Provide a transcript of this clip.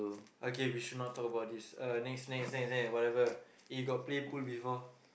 okay we should not talk about this uh next next next next whatever eh you got play pool before